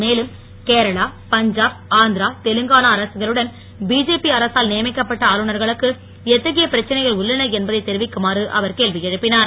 மேலும் கேரளா பஞ்சாப் ஆந்திரா தெலுங்கானா அரசுகளுடன் பிஜேபி அரசால் நியமிக்கப்பட்ட ஆளுநர்களுக்கு எத்தகைய பிரச்னைகள் தெரிவிக்குமாறு அவர் கேள்வி எழுப்பினார்